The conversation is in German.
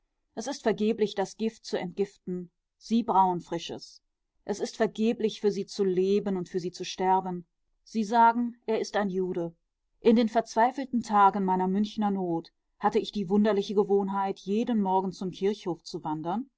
es ist vergeblich das gift zu entgiften sie brauen frisches es ist vergeblich für sie zu leben und für sie zu sterben sie sagen er ist ein jude in den verzweifelten tagen meiner münchener not hatte ich die wunderliche gewohnheit jeden morgen zum kirchhof zu wandern